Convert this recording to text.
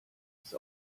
ist